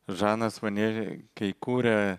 žanas vanė kai kūrė